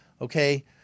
Okay